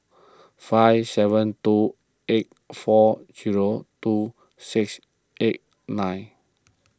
five seven two eight four zero two six eight nine